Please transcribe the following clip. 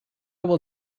will